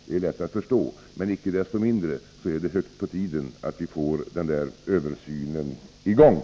Det är lätt att förstå, men icke desto mindre är det hög tid att vi får denna översyn i gång.